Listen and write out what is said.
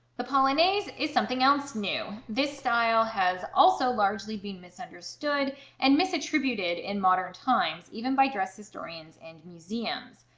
the polonaise is something else new. this style has also largely been misunderstood and misattributed in modern times even by dress historians and museums.